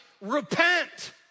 repent